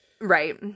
right